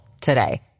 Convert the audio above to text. today